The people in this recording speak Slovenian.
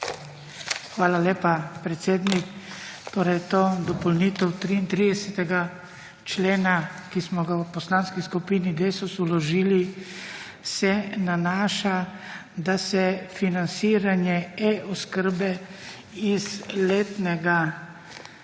Hvala lepa, predsednik. Torej to dopolnitev 33. člena, ki smo ga v Poslanski skupini Desus vložili se nanaša, da se financiranje e-oskrbe iz letnega